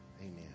Amen